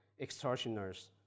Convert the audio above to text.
extortioners